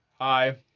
Hi